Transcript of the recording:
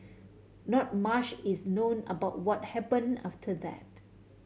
not mush is known about what happen after that